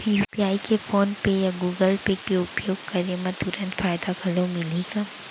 UPI के PhonePe या Google Pay के उपयोग करे म तुरंत फायदा घलो मिलही का?